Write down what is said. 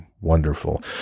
wonderful